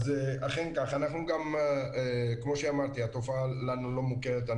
אז אכן כך, כמו שאמרתי, התופעה לנו לא מוכרת.